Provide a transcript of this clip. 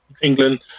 England